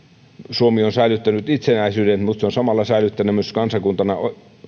suomi on säilyttänyt itsenäisyytensä mutta se on samalla säilyttänyt myös kansakuntana